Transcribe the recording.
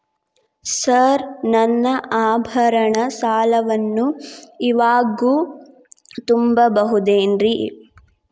Sir ನನ್ನ ಆಭರಣ ಸಾಲವನ್ನು ಇವಾಗು ತುಂಬ ಬಹುದೇನ್ರಿ?